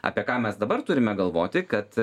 apie ką mes dabar turime galvoti kad